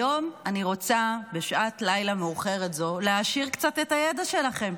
היום בשעת לילה מאוחרת זו אני רוצה להעשיר קצת את הידע שלכם.